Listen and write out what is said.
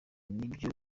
nibyo